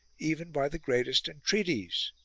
even by the greatest entreaties